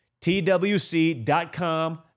twc.com